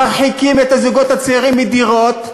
מרחיקים את הזוגות הצעירים מדירות.